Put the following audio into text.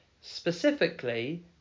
specifically